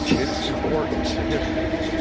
its importance to history,